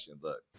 Look